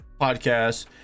podcasts